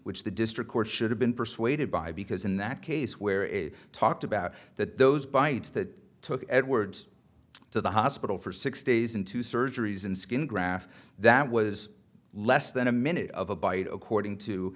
which the district court should have been persuaded by because in that case where it talked about that those bytes that took edwards to the hospital for six days in two surgeries and skin grafts that was less than a minute of a bite according to